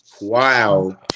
wow